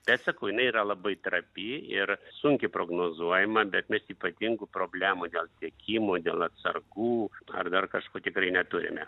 tai aš sakau jinai yra labai trapi ir sunkiai prognozuojama bet mes ypatingų problemų dėl tiekimo dėl atsargų ar dar kažko tikrai neturime